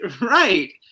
right